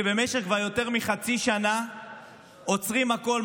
שכבר במשך יותר מחצי שנה עוצרים הכול,